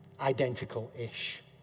identical-ish